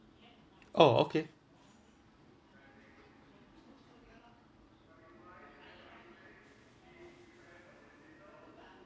orh okay